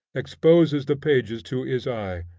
exposes the pages to his eye.